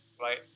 right